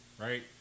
right